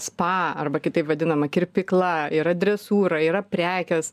spa arba kitaip vadinama kirpykla yra dresūra yra prekės